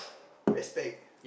respect